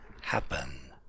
happen